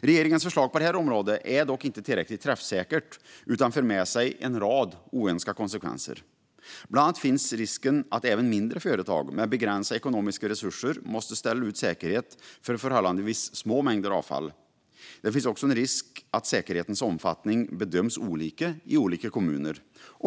Regeringens förslag på detta område är dock inte tillräckligt träffsäkert utan för med sig en rad oönskade konsekvenser. Bland annat finns risken att även mindre företag, med begränsade ekonomiska resurser, måste ställa ut säkerhet för förhållandevis små mängder avfall. Det finns också en risk att säkerhetens omfattning bedöms på olika sätt i olika kommuner.